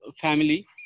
family